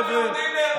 חבר'ה,